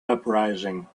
uprising